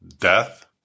death